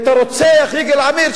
הרוצח יגאל עמיר,